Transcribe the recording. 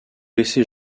laissez